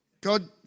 God